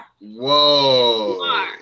Whoa